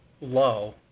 low